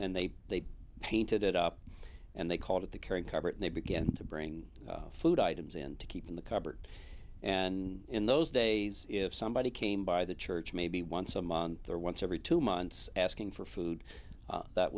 and they they painted it up and they called it the current coverage and they began to bring food items in to keep in the cupboard and in those days if somebody came by the church maybe once a month or once every two months asking for food that